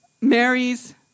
Mary's